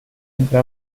entra